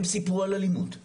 הן סיפרו על אלימות,